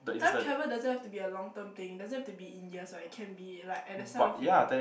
time travel doesn't have to be a long term thing doesn't have to be in years right it can be like at the